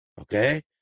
Okay